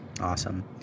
Awesome